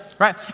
right